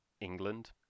England